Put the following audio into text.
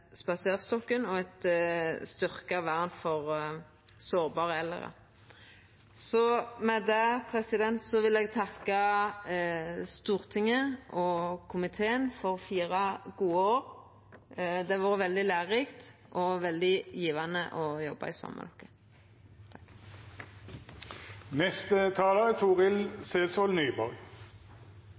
spaserstokken og eit styrkt vern for sårbare eldre. Med det vil eg takka Stortinget og komiteen for fire gode år. Det har vore veldig lærerikt og veldig gjevande å jobba saman med dykk. Takk! Meld. St. 33 for 2020–2021 er